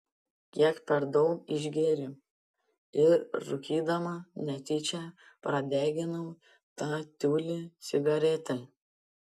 kiek per daug išgėriau ir rūkydama netyčia pradeginau tą tiulį cigarete